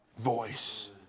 voice